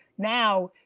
now,